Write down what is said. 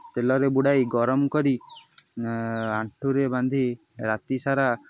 ତେଲରେ ବୁଡ଼ାଇ ଗରମ କରି ଆଣ୍ଠୁରେ ବାନ୍ଧି ରାତି ସାରା